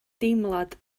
deimlad